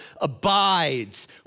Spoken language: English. abides